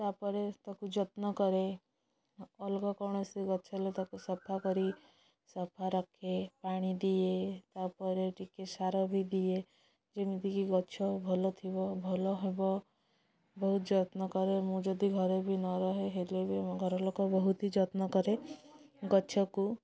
ତା'ପରେ ତା'କୁ ଯତ୍ନ କରେ ଅଲଗା କୌଣସି ଗଛରେ ତା'କୁ ସଫା କରି ସଫା ରଖେ ପାଣି ଦିଏ ତା'ପରେ ଟିକେ ସାର ବି ଦିଏ ଯେମିତି କି ଗଛ ଭଲ ଥିବ ଭଲ ହେବ ବହୁତ ଯତ୍ନ କରେ ମୁଁ ଯଦି ଘରେ ବି ନ ରହେ ହେଲେ ବି ଘରଲୋକ ବହୁତ ହି ଯତ୍ନ କରେ ଗଛକୁ